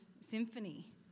symphony